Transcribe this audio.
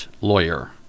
lawyer